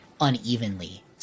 unevenly